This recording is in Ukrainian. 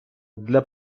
для